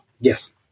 Yes